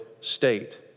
state